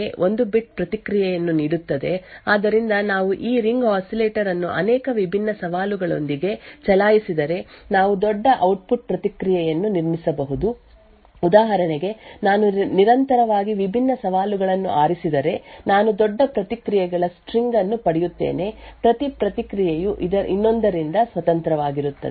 ಹಾಗಾಗಿ ಈ ಒಂದು ಸವಾಲು ನನಗೆ ಒಂದು ಬಿಟ್ ಪ್ರತಿಕ್ರಿಯೆಯನ್ನು ನೀಡುತ್ತದೆ ಆದ್ದರಿಂದ ನಾವು ಈ ರಿಂಗ್ ಆಸಿಲೇಟರ್ ಅನ್ನು ಅನೇಕ ವಿಭಿನ್ನ ಸವಾಲುಗಳೊಂದಿಗೆ ಚಲಾಯಿಸಿದರೆ ನಾವು ದೊಡ್ಡ ಔಟ್ಪುಟ್ ಪ್ರತಿಕ್ರಿಯೆಯನ್ನು ನಿರ್ಮಿಸಬಹುದು ಉದಾಹರಣೆಗೆ ನಾನು ನಿರಂತರವಾಗಿ ವಿಭಿನ್ನ ಸವಾಲುಗಳನ್ನು ಆರಿಸಿದರೆ ನಾನು ದೊಡ್ಡ ಪ್ರತಿಕ್ರಿಯೆಗಳ ಸ್ಟ್ರಿಂಗ್ ಅನ್ನು ಪಡೆಯುತ್ತೇನೆ ಪ್ರತಿ ಪ್ರತಿಕ್ರಿಯೆಯು ಇನ್ನೊಂದರಿಂದ ಸ್ವತಂತ್ರವಾಗಿರುತ್ತದೆ